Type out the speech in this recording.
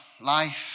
life